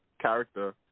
character